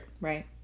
Right